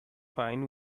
fine